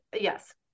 yes